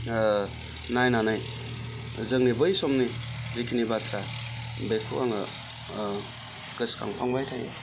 नायनानै जोंनि बै समनि जेखिनि बाथ्रा बेखौ आङो गोसोखांफ्लांबाय थायो